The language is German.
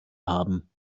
haben